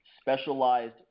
specialized